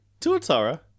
Tuatara